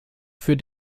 für